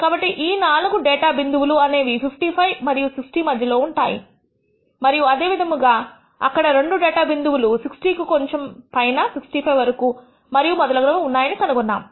కాబట్టి ఈ 4 డేటా బిందువులు అనేవి 55 మరియు 60 మధ్యలో ఉంటాయి మరియు అదే విధముగా అక్కడ రెండు డేటా బిందువులు 60 కు కొంచెం పైన 65 వరకు మరియు మొదలగునవి ఉన్నాయని కనుగొన్నాము